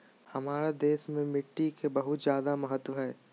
हमार देश में मिट्टी के बहुत जायदा महत्व हइ